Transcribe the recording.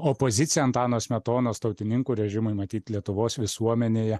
opozicija antano smetonos tautininkų režimui matyt lietuvos visuomenėje